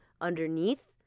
underneath